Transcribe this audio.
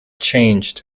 changed